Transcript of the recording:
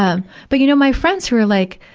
um but, you know, my friends were like,